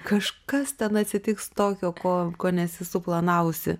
kažkas ten atsitiks tokio ko ko nesi suplanavusi